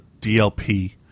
DLP